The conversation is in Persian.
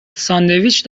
ساندویچ